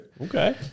okay